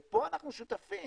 ופה אנחנו שותפים,